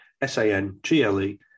S-A-N-G-L-E